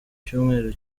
cyumweru